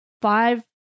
five